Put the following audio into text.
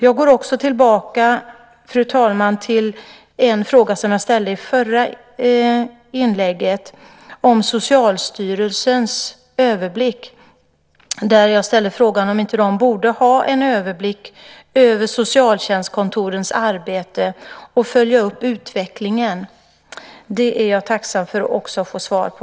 Jag går, fru talman, tillbaka till en fråga som jag ställde i förra inlägget om Socialstyrelsens överblick. Jag frågade om de inte borde ha en överblick över socialtjänstkontorens arbete och följa upp utvecklingen. Det är jag tacksam att få svar på.